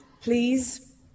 please